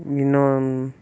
இன்னும்